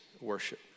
worship